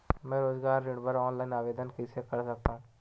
मैं रोजगार ऋण बर ऑनलाइन आवेदन कइसे कर सकथव?